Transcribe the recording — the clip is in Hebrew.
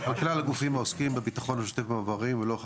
על כלל הגופים העוסקים בביטחון השוטף במעברים לאורך